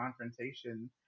confrontation